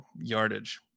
yardage